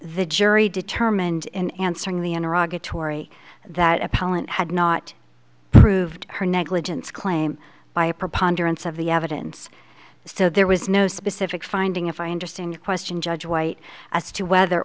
the jury determined in answering the in iraq a tory that appellant had not proved her negligence claim by a preponderance of the evidence so there was no specific finding if i understand your question judge white as to whether